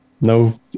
No